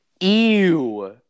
Ew